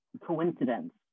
coincidence